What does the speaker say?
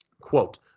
Quote